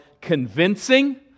convincing